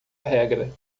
regra